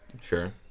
Sure